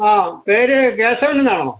ആ പേര് കേശവനെന്നാണോ